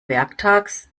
werktags